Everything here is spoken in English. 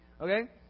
Okay